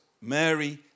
Mary